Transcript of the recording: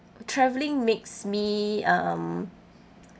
travelling makes me um